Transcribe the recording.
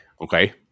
Okay